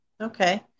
Okay